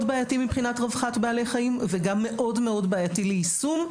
בעייתי מבחינת רווחת בעלי חיים וגם מאוד מאוד בעייתי ליישום,